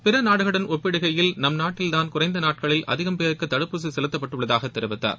பிற நாடுகளுடன் ஒப்பிடுகையில் நம் நாட்டில்தான் குறைந்த நாட்களில் அதிகம் பேருக்கு தடுப்பூசி செலுத்தப்பட்டுள்ளதாக தெரிவித்தார்